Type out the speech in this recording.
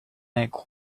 make